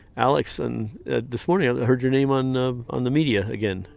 alex and this morning i heard your name on ah on the media again.